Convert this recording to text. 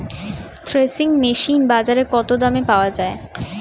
Threshing machine বাজারে কত দামে পাওয়া যায়?